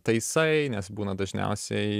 taisai nes būna dažniausiai